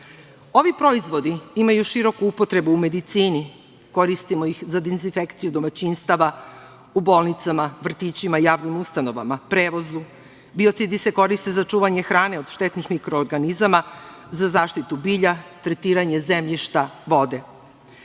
proizvodi imaju široku upotrebu u medicini, koristimo ih za dezinfekciju domaćinstava, u bolnicama, vrtićima, javnim ustanovama, prevozu. Biocidi se koriste za čuvanje hrane od štetnih mikroorganizama, za zaštitu bilja, tretiranje zemljišta, vode. Ono